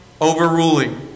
overruling